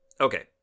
Okay